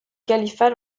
califat